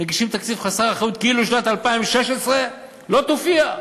מגישים תקציב חסר אחריות כאילו שנת 2016 לא תופיע,